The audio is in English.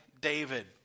David